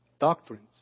Doctrines